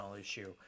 issue